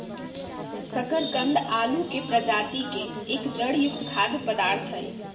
शकरकंद आलू के प्रजाति के एक जड़ युक्त खाद्य पदार्थ हई